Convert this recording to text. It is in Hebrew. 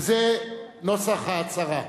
וזה נוסח ההצהרה: